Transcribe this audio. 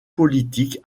politique